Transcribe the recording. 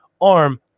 arm